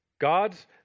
God's